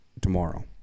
tomorrow